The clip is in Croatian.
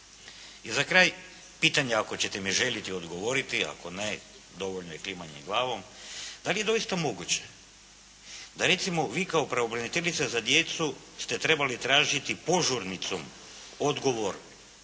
I za kraj pitanje ako ćete mi željeti odgovoriti, ako ne dovoljno je i klimanje glavom, da li je doista moguće da vi recimo kao pravobraniteljica za djecu ste trebali tražiti požurnicom odgovor